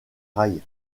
rails